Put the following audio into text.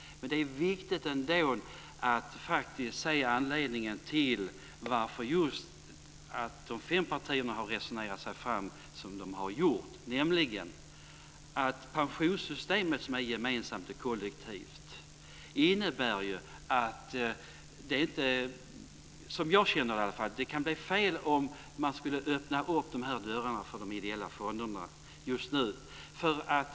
Det är viktigt att se anledningen till att de fem partierna har resonerat sig fram till detta. Det kollektiva pensionssystemet innebär att det kan bli fel om dörrarna öppnas för de ideella fonderna.